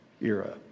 era